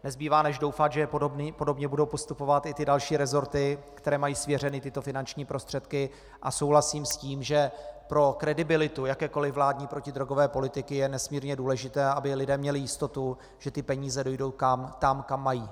Nezbývá než doufat, že podobně budou postupovat i další resorty, které mají svěřeny tyto finanční prostředky, a souhlasím s tím, že pro kredibilitu jakékoliv vládní protidrogové politiky je nesmírně důležité, aby lidé měli jistotu, že peníze dojdou tam, kam mají jít.